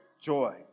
joy